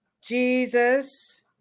Jesus